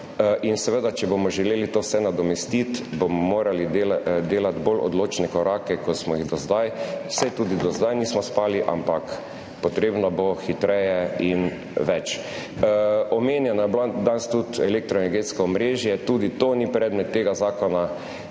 in če bomo želeli to vse nadomestiti, bomo morali delati bolj odločne korake, kot smo jih do zdaj, saj tudi do zdaj nismo spali, ampak treba bo hitreje in več. Danes je bilo omenjeno tudi elektroenergetsko omrežje, tudi to ni predmet tega zakona,